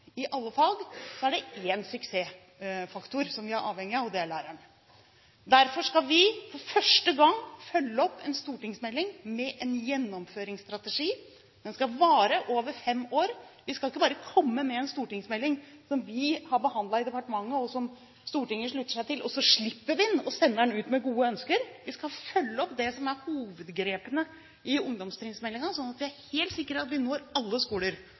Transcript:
i alle fag – er vi avhengig av én suksessfaktor, og det er læreren. Derfor skal vi, for første gang, følge opp en stortingsmelding med en gjennomføringsstrategi. Den skal vare over fem år. Vi skal ikke bare komme med en stortingsmelding som vi har behandlet i departementet, og som Stortinget slutter seg til, og så slippe den og sende den ut med gode ønsker. Vi skal følge opp det som er hovedgrepene i ungdomstrinnsmeldingen, slik at vi er helt sikre på at vi når alle skoler.